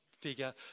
figure